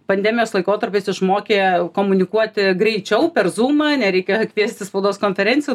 pandemijos laikotarpis išmokė komunikuoti greičiau per zumą nereikia kviesti spaudos konferencijų